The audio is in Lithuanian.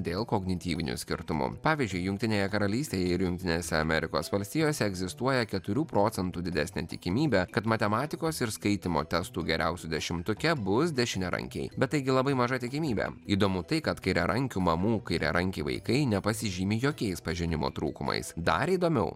dėl kognityvinių skirtumų pavyzdžiui jungtinėje karalystėje ir jungtinėse amerikos valstijose egzistuoja keturių procentų didesnė tikimybė kad matematikos ir skaitymo testų geriausių dešimtuke bus dešiniarankiai bet taigi labai maža tikimybė įdomu tai kad kairiarankių mamų kairiarankiai vaikai nepasižymi jokiais pažinimo trūkumais dar įdomiau